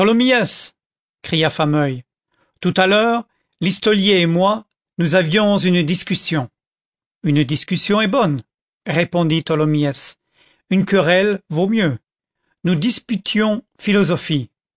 cria fameuil tout à l'heure listolier et moi nous avions une discussion une discussion est bonne répondit tholomyès une querelle vaut mieux nous disputions philosophie